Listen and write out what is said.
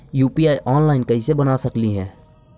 UPI online कैसे बना सकली हे?